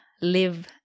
live